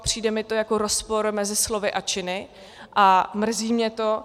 Přijde mi to jako rozpor mezi slovy a činy a mrzí mě to.